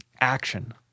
action